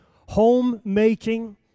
Homemaking